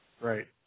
Right